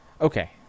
Okay